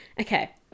Okay